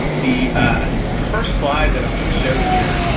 the the first slide that i'm going to show here